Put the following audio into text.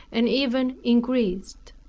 and even increased.